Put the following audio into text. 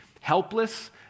helpless